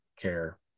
care